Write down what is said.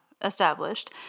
established